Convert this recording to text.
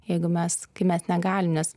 jeigu mes kai mes negalim nes